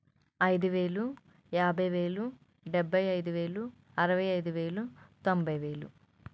ఐదువేలు యాభైవేలు డెబ్బై ఐదు వేలు అరవైఐదు వేలు తొంభైవేలు